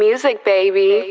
music baby